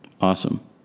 Awesome